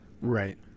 Right